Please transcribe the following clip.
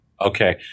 Okay